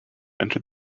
entered